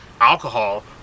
alcohol